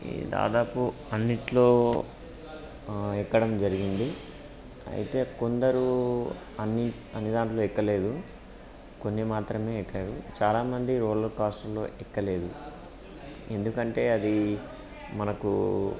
ఈ దాదాపు అన్నిట్లో ఎక్కడం జరిగింది అయితే కొందరు అన్ని అన్ని దాంట్లో ఎక్కలేదు కొన్ని మాత్రమే ఎక్కారు చాలామంది రోలర్ కోస్టర్లో ఎక్కలేదు ఎందుకంటే అది మనకు